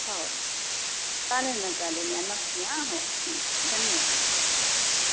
हो चालेल ना चालेल या नक्की हा हो ठीक आहे धन्यवाद